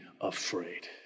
afraid